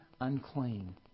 unclean